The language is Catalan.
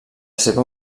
seva